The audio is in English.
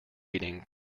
heating